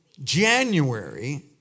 January